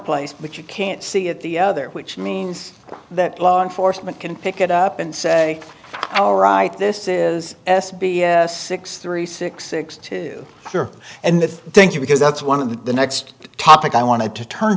place but you can't see it the other which means that law enforcement can pick it up and say wow right this is s b six three six six two and the thank you because that's one of the the next topic i wanted to turn